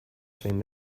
zein